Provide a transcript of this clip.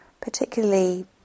particularly